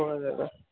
ഓ അതേ അതെ